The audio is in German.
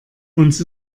uns